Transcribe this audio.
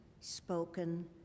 spoken